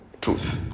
Truth